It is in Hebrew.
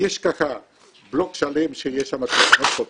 יש בלוק שלם שיש תחנות אוטובוס,